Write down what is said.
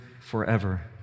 forever